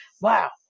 wow